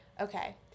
Okay